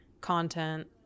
content